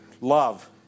love